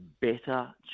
better